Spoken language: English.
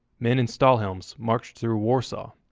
men in stahlhelms marched through warsaw,